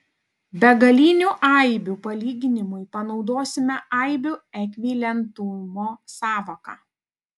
begalinių aibių palyginimui panaudosime aibių ekvivalentumo sąvoką